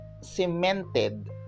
cemented